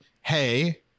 Hey